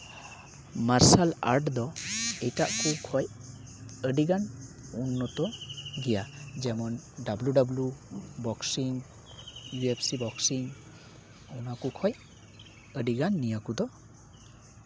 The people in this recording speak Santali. ᱢᱟᱨᱥᱟᱞ ᱟᱨᱥᱴ ᱫᱚ ᱮᱴᱟᱜ ᱠᱚ ᱠᱷᱚᱡ ᱟᱹᱰᱤᱜᱟᱱ ᱩᱱᱱᱚᱛ ᱜᱮᱭᱟ ᱡᱮᱢᱚᱱ W W boxing E F C boxing ᱚᱱᱟ ᱠᱚ ᱠᱷᱚᱡ ᱟᱹᱰᱤᱜᱟᱱ ᱱᱤᱭᱟᱹ ᱠᱚᱫᱚ